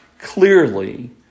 clearly